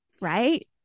Right